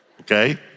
okay